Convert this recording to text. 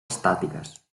estàtiques